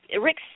Rick